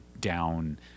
down